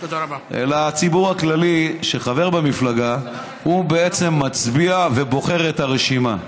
אלא הציבור הכללי שחבר במפלגה הוא שמצביע ובוחר את הרשימה.